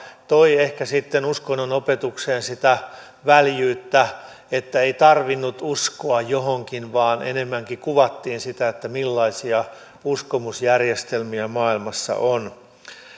toi ehkä sitten uskonnonopetukseen sitä väljyyttä että ei tarvinnut uskoa johonkin vaan enemmänkin kuvattiin sitä millaisia uskomusjärjestelmiä maailmassa on